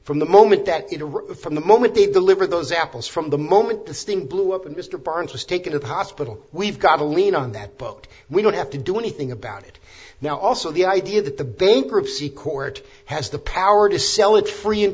from the moment that it from the moment the deliver those samples from the moment the sting blew up and mr barnes was taken to the hospital we've got a lien on that boat we don't have to do anything about it now also the idea that the bankruptcy court has the power to sell it